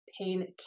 pain